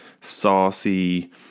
saucy